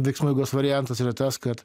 veiksmų eigos variantas yra tas kad